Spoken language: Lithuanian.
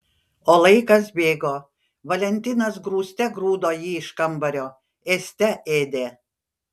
o laikas bėgo valentinas grūste grūdo jį iš kambario ėste ėdė